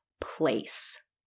place